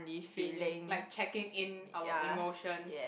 feeling like checking in our emotions